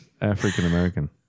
African-American